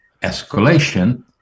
escalation